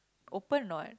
open a not